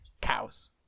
cows